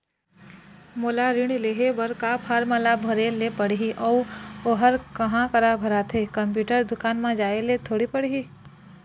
मोला ऋण लेहे बर का फार्म ला भरे ले पड़ही अऊ ओहर कहा करा भराथे, कंप्यूटर दुकान मा जाए ला थोड़ी पड़ही?